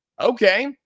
Okay